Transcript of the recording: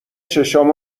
چشمام